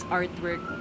artwork